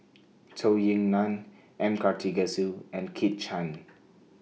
Zhou Ying NAN M Karthigesu and Kit Chan